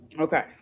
Okay